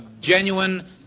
genuine